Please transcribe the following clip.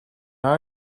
are